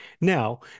Now